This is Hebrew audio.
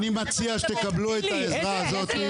אני מציע שתקבלו את העזרה הזאת.